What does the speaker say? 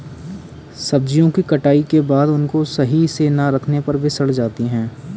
सब्जियों की कटाई के बाद उनको सही से ना रखने पर वे सड़ जाती हैं